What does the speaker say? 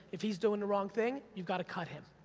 if he's doin' the wrong thing, you've got to cut him.